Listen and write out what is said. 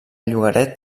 llogaret